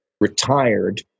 retired